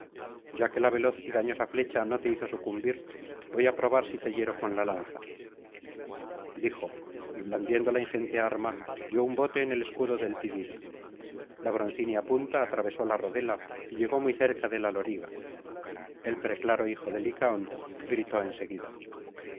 ya que la veloz y dañosa flecha no te hizo sucumbir voy á probar si te hiero con la lanza dijo y blandiendo la ingente arma dio un bote en el escudo del tidida la broncínea punta atravesó la rodela y llegó muy cerca de lá loriga el preclaro hijo de licaón gritó en